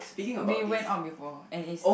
we went out before and it's